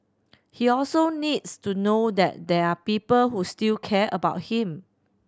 he also needs to know that there are people who still care about him